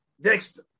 Dexter